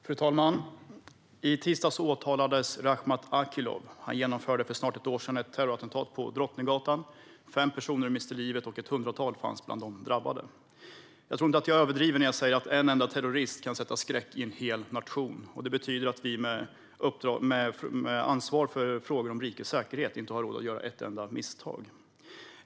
Fru talman! I tisdags åtalades Rakhmat Akilov. Han genomförde för snart ett år sedan ett terrorattentat på Drottninggatan. Fem personer miste livet, och ett hundratal fanns bland de drabbade. Jag tror inte att jag överdriver när jag säger att en enda terrorist kan sätta skräck i en hel nation. Det betyder att vi med ansvar för frågor om rikets säkerhet inte har råd att göra ett enda misstag.